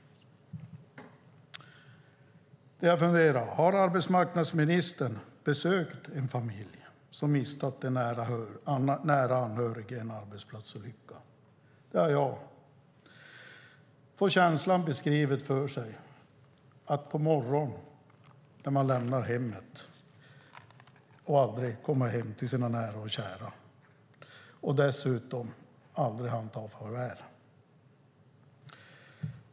Det jag funderar över är: Har arbetsmarknadsministern besökt en familj som mist en nära anhörig i en arbetsplatsolycka? Det har jag. Har hon fått känslan beskriven för sig? Den anhörige har lämnat hemmet på morgonen och aldrig kommit hem igen till sina nära och kära. De hann dessutom aldrig ta farväl.